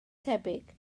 tebyg